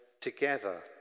together